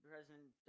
President